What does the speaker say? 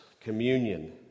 Communion